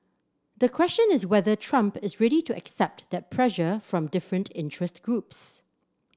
the question is whether Trump is ready to accept that pressure from different interest groups